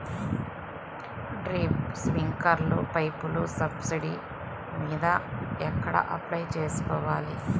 Drip, స్ప్రింకర్లు పైపులు subsidy మీద ఎక్కడ అప్లై చేసుకోవాలి?